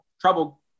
trouble